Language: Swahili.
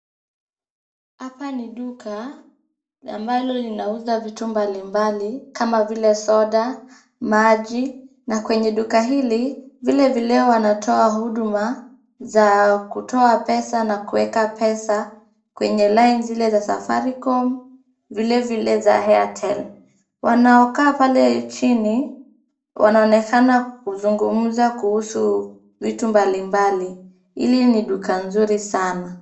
Hapa ni duka ambalo linauza vitu mbalimbali kama vile soda, maji, na kwenye duka hili vile vile wanatoa huduma za kutoa pesa na kuweka pesa kwenye line zile za Safaricom , vile vile za Airtel . Wanaokaa pale chini wanaonekana kuzungumza kuhusu vitu mbalimbali. Hili ni duka nzuri sana.